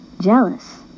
Jealous